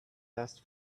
asked